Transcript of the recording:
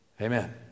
Amen